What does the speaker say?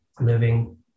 living